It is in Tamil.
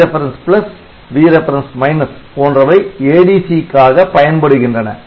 Vref Vref போன்றவை ADC க்காக பயன்படுகின்றன